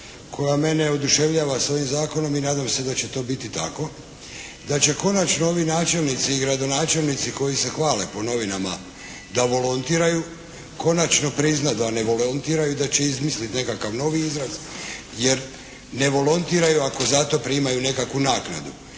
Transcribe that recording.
koja mene oduševljava sa ovim zakonom i nadam se da će to biti tako. Da će konačno ovi načelnici i gradonačelnici koji se hvale po novinama da volontiraju, konačno priznati da ne volontiraju i da će izmisliti nekakav novi izraz, jer ne volontiraju ako za to primaju nekakvu naknadu.